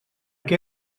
què